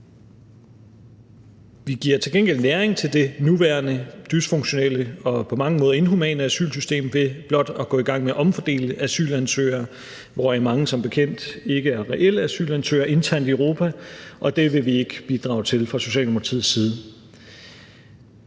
Vi giver til gengæld næring til det nuværende dysfunktionelle og på mange måder inhumane asylsystem ved blot at gå i gang med at omfordele asylansøgere, hvoraf mange som bekendt ikke er reelle asylansøgere, internt i Europa, og det vil vi ikke bidrage til fra Socialdemokratiets side.